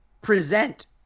present